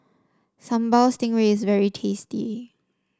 Sambal Stingray is very tasty